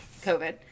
COVID